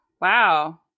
Wow